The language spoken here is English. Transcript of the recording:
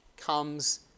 comes